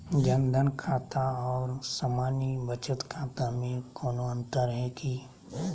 जन धन खाता और सामान्य बचत खाता में कोनो अंतर है की?